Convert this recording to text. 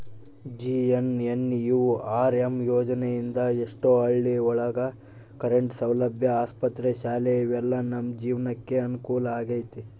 JNNURM ಯೋಜನೆ ಇಂದ ಎಷ್ಟೋ ಹಳ್ಳಿ ಒಳಗ ಕರೆಂಟ್ ಸೌಲಭ್ಯ ಆಸ್ಪತ್ರೆ ಶಾಲೆ ಇವೆಲ್ಲ ನಮ್ ಜೀವ್ನಕೆ ಅನುಕೂಲ ಆಗೈತಿ